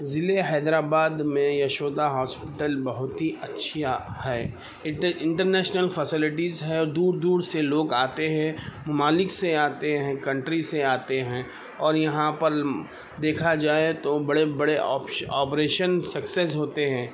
ضلع حیدر آباد میں یشودا ہاسپیٹل بہت ہی اچھا ہے انٹر انٹرنیشنل فیسلٹیز ہے اور دور دور سے لوگ آتے ہیں مالک سے آتے ہیں کنٹری سے آتے ہیں اور یہاں پل دیکھا جائے تو بڑے بڑے آپ آپریشن سکسیز ہوتے ہیں